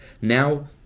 now